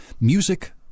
music